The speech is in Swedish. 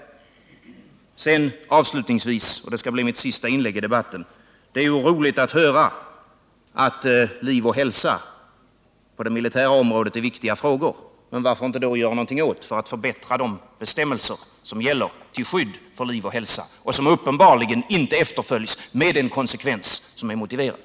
Avslutningvis vill jag säga — det blir mitt sista inlägg i debatten — att det är roligt att höra att liv och hälsa på det militära området är viktiga frågor. Men varför då inte göra någonting för att förbättra de bestämmelser som gäller till skydd för liv och hälsa och som uppenbarligen inte efterföljs med den konsekvens som vore motiverad?